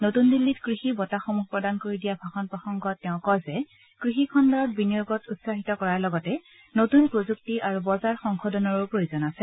নতুন দিল্লীত কৃষি বঁটাসমূহ প্ৰদান কৰি দিয়া ভাষণ প্ৰসংগত তেওঁ কয় যে কৃষিখণ্ডত বিনিয়োগত উৎসাহিত কৰাৰ লগতে নতূন প্ৰযুক্তি আৰু বজাৰ সংশোধনৰো প্ৰয়োজনীয় আছে